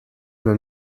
man